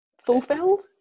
fulfilled